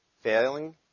Failing